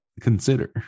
consider